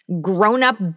grown-up